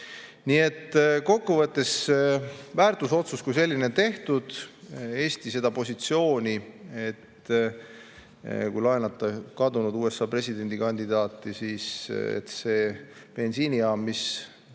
Nii et kokkuvõttes väärtusotsus kui selline on tehtud. Eesti [toetab] positsiooni – kui laenata kadunud USA presidendikandidaadi [sõnu] –, et see bensiinijaam, mis